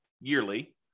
yearly